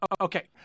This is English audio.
Okay